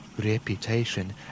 reputation